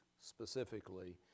specifically